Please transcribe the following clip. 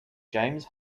james